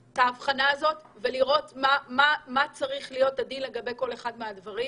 ההבחנה הזו ולראות מה צריך להיות הדין לגבי כל אחד מהדברים.